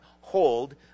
hold